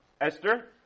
Esther